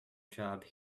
job